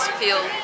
feel